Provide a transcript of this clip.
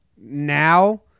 Now